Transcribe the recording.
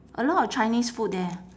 a lot of chinese food there